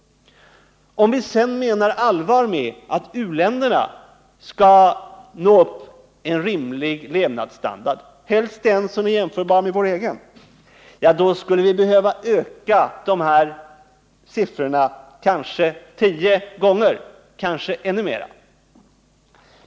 Om vi menar allvar med att u-länderna skall nå upp till en rimlig levnadsstandard, helst jämförbar med vår egen, ja, då skulle vi behöva öka de här siffrorna 10 gånger, kanske ännu mera.